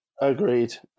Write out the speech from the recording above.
Agreed